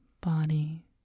body